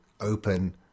open